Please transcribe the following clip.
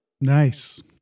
Nice